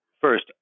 first